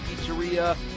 pizzeria